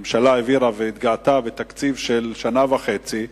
הממשלה העבירה והתגאתה בתקציב של שנה וחצי,